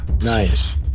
Nice